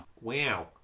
Wow